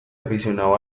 aficionado